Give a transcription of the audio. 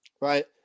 Right